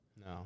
No